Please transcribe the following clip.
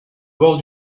bord